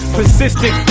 Persistent